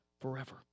forever